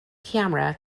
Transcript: camera